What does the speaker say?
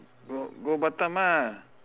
go go batam ah